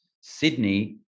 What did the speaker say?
Sydney